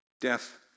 death